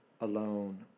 alone